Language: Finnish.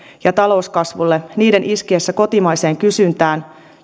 ja talouskasvuun niiden iskiessä kotimaiseen kysyntään